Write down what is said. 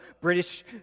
British